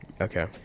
Okay